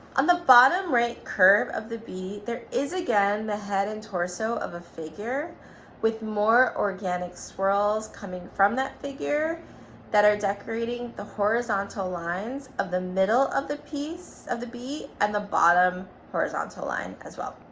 on the bottom right curve of the b, there is again the head and torso of a figure with more organic swirls coming from that figure that are decorating the horizontal lines of the middle of the piece of the b, and the bottom horizontal line as well.